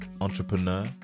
entrepreneur